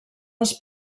els